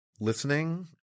listening